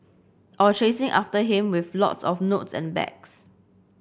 or chasing after him with lots of notes and bags